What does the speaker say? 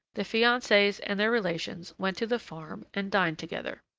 the fiances and their relations went to the farm and dined together.